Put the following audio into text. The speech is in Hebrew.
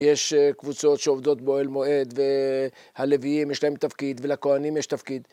יש קבוצות שעובדות בו אל מועד, והלוויים יש להם תפקיד ולכהנים יש תפקיד.